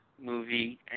movie